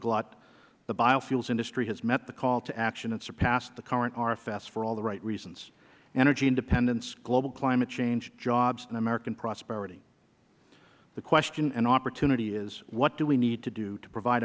glut the biofuels industry has met the call to action and surpassed the current rfs for all the right reasons energy independence global climate change jobs and american prosperity the question and opportunity is what do we need to do to provide